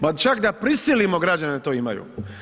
Pa čak da prisilimo građane da to imaju?